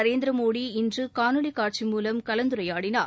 நரேந்திர மோடி இன்று காணொலி காட்சி மூலம் கலந்துரையாடினார்